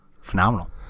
phenomenal